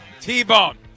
T-Bone